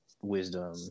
Wisdom